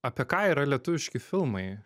apie ką yra lietuviški filmai